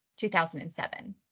2007